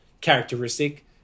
characteristic